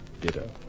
Ditto